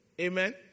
Amen